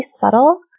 subtle